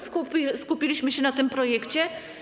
Skupiliśmy się na tym projekcie.